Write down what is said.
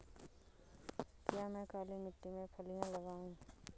क्या मैं काली मिट्टी में फलियां लगाऊँ?